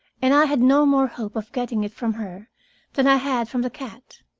and i had no more hope of getting it from her than i had from the cat.